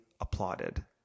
applauded